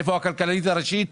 איפה הכלכלנית הראשית?